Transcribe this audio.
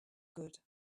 good